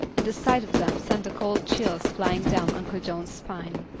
and the sight of them sent the cold chills flying down uncle john's spine.